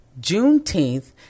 Juneteenth